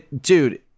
Dude